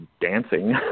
dancing